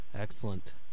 Excellent